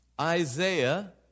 Isaiah